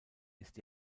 ist